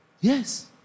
Yes